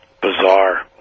bizarre